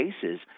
cases